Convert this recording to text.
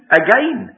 again